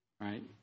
right